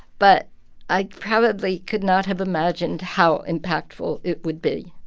but i probably could not have imagined how impactful it would be